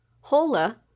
Hola